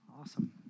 Awesome